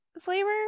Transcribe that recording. flavor